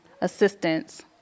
assistance